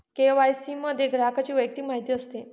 KYC मध्ये ग्राहकाची वैयक्तिक माहिती असते